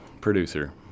producer